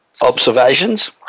observations